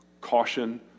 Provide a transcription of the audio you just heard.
caution